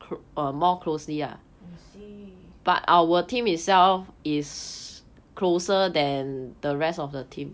I see